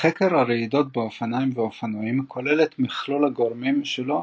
חקר הרעידות באופניים ואופנועים כולל את מכלול הגורמים שלו,